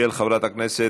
התשע"ו 2016, של חברת הכנסת